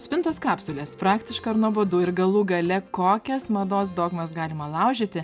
spintos kapsulės praktiška ar nuobodu ir galų gale kokias mados dogmas galima laužyti